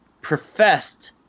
professed